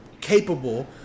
capable